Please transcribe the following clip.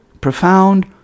profound